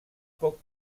poc